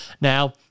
Now